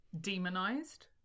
demonized